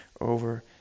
over